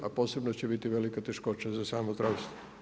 A posebno će biti velika teškoća za samo zdravstvo.